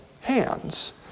hands